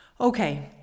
Okay